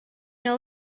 know